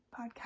podcast